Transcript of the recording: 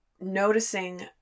noticing